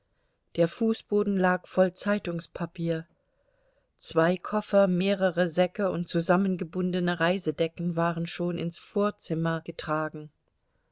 der fußboden lag voll zeitungspapier zwei koffer mehrere säcke und zusammengebundene reisedecken waren schon ins vorzimmer getragen